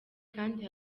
kandi